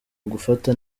ugufata